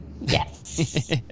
Yes